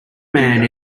man